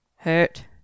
hurt